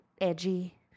edgy